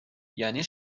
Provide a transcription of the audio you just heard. یعنی